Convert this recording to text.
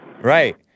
Right